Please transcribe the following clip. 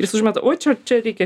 jis užmeta oi čia čia reikia